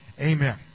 Amen